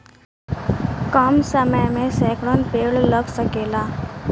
कम समय मे सैकड़न पेड़ लग सकेला